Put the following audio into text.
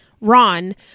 ron